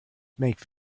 make